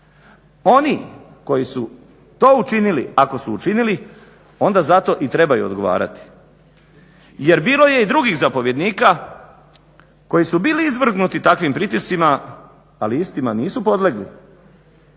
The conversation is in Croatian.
Oni koji su to učinili, ako su učinili, onda za to i trebaju odgovarati. Jer bilo je i drugih zapovjednika koji su bili izvrgnuti takvim pritiscima, ali istima nisu podlegli.